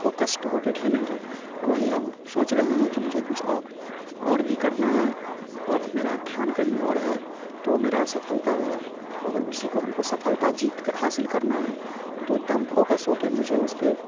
focused होके खेलेंगे वही हम सोच रहे हैं कि मुझे कुछ और और भी करना है और अब मेरा ध्यान कहीं और है तो वो मेरा असफलता हुआ अगर उसी को सफलता जीत का हासिल करना है तो एकदम फोकस होके मुझे उसपे